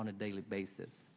on a daily basis